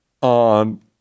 on